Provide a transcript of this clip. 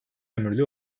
ömürlü